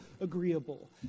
agreeable